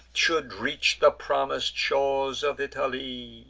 should reach the promis'd shores of italy,